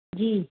जी